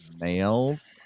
males